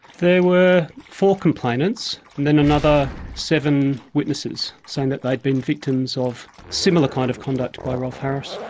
there were four complainants, then another seven witnesses saying that they'd been victims of similar kind of conduct by rolf harris.